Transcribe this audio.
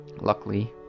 Luckily